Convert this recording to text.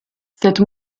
cette